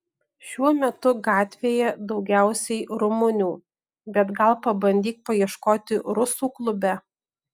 šiuo metu gatvėje daugiausiai rumunių bet gal pabandyk paieškoti rusų klube